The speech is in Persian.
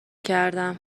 کردم